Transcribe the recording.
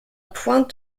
pointe